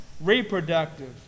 reproductive